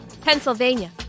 Pennsylvania